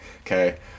okay